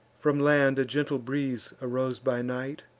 from land a gentle breeze arose by night,